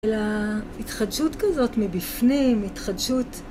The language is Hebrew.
התחדשות כזאת מבפנים, התחדשות...